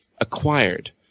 acquired